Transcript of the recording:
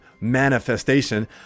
manifestation